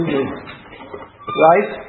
Right